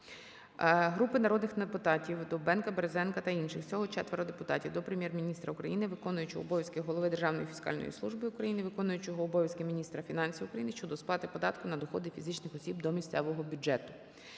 Групи народних депутатів (Довбенка, Березенка та інших. Всього 4 депутатів) до Прем'єр-міністра України, виконуючого обов'язки голови Державної фіскальної служби України, виконуючого обов'язки міністра фінансів України щодо сплати податку на доходи фізичних осіб до місцевого бюджету.